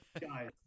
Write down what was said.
guys